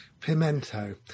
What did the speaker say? Pimento